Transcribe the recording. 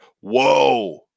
Whoa